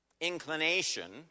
inclination